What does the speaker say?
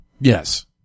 Yes